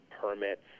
permits